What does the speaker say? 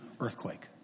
earthquake